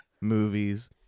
movies